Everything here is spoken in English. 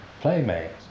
playmates